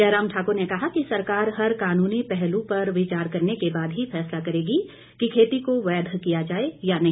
जयराम ठाक्र ने कहा कि सरकार हर कानूनी पहलू पर विचार करने के बाद ही फैसला करेगी कि खेती को वैध किया जाए या नहीं